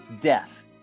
death